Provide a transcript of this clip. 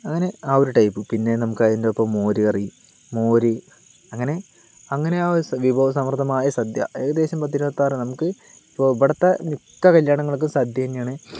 അങ്ങനെ ആ ഒരു ടൈപ്പ് പിന്നെ നമുക്ക് അതിന്റെ ഒപ്പം നമുക്ക് മോരുകറി മോര് അങ്ങനെ അങ്ങനെ ആ വിഭവസമൃദ്ധമായ സദ്യ ഏകദേശം പത്ത് ഇരുപത്താറ് നമുക്ക് ഇപ്പോൾ ഇവടുത്തെ മിക്ക കല്യാണങ്ങള്ക്കും സദ്യ തന്നെയാണ്